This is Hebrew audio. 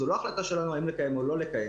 זו לא החלטה שלנו האם לקיים או לא לקיים.